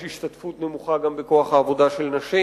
השתתפות נמוכה בכוח העבודה גם של נשים,